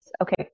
okay